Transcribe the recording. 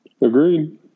Agreed